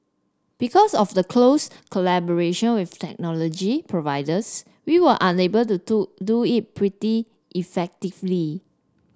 because of the close collaboration with technology providers we are unable to do do it pretty effectively